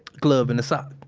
glove in a sock.